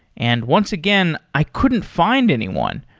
and once again, i couldn't find anyone.